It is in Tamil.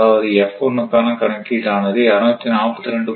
அதாவது F1 க்கான கணக்கீடு ஆனது 242